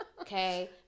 Okay